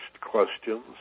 questions